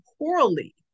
poorly